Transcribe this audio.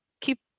keep